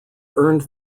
earned